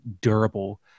durable